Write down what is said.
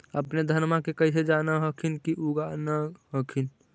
अपने धनमा के कैसे जान हखिन की उगा न हखिन?